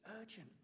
urgent